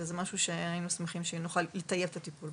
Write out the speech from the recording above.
וזה משהו שהיינו שמחים שנוכל לטייב את הטיפול.